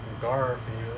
Garfield